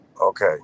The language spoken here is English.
Okay